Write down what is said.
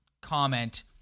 comment